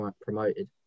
promoted